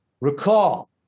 Recall